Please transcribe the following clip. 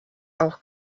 auch